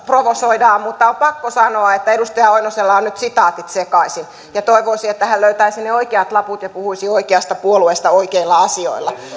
provosoidaan mutta on pakko sanoa että edustaja oinosella on nyt sitaatit sekaisin ja toivoisin että hän löytäisi ne oikeat laput ja puhuisi oikeasta puolueesta oikeilla asioilla